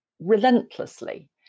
relentlessly